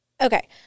okay